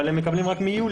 אבל הם מקבלים רק מיולי.